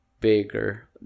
bigger